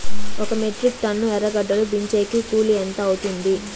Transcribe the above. ఒక metric ton ఎర్రగడ్డలు దించేకి కూలి ఎంత అవుతుంది?